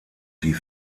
die